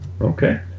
Okay